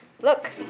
Look